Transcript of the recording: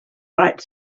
right